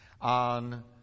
on